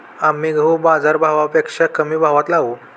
आम्ही गहू बाजारभावापेक्षा कमी भावात लावू